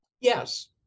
yes